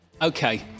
Okay